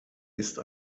ist